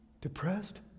depressed